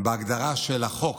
בהגדרה של החוק,